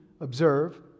observe